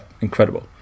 incredible